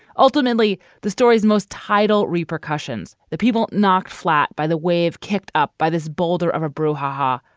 ultimately, the story's most tidal repercussions. the people knocked flat by the wave, kicked up by this boulder of a brouhaha.